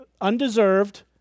undeserved